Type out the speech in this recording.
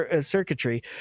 circuitry